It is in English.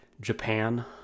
japan